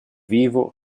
vivo